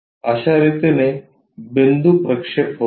अश्या रितीने बिंदू प्रक्षेप होतात